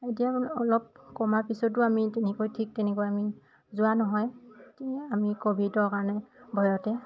এতিয়া অলপ কমাৰ পিছতো আমি তেনেকৈ ঠিক তেনেকৈ আমি যোৱা নহয় আমি ক'ভিডৰ কাৰণে ভয়তে